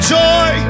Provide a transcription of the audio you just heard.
joy